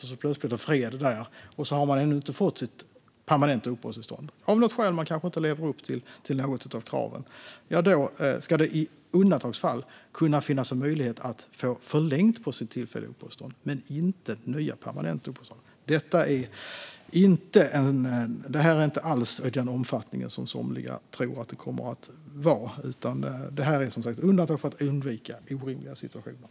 Om det plötsligt blir fred där och de ännu inte har fått sitt permanenta uppehållstillstånd därför att de kanske inte lever upp till något av kraven ska det i undantagsfall finnas en möjlighet att få ett tillfälligt uppehållstillstånd förlängt, inte ett nytt permanent uppehållstillstånd. Det här kommer inte alls att få den omfattning som somliga tror, utan det är som sagt ett undantag för att undvika orimliga situationer.